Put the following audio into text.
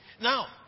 Now